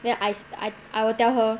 then I I I will tell her